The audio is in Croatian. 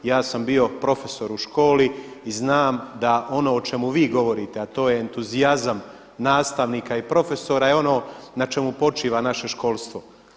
Ja sam bio profesor u školi i znam da ono o čemu vi govorite, a to je entuzijazam nastavnika i profesora je ono na čemu počiva naše školstvo.